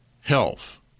health